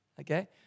okay